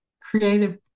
creative